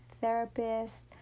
therapist